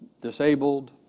disabled